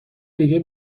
دیگه